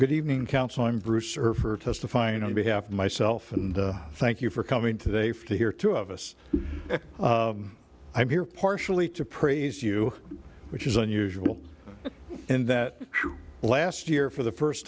good evening counsel i'm bruce or for testifying on behalf of myself and thank you for coming today fifty here two of us i'm here partially to praise you which is unusual in that last year for the first